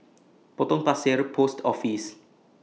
Potong Pasir Post Office